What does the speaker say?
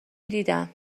دیدم